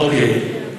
אוקיי.